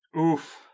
oof